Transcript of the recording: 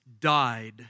died